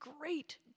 great